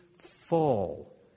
fall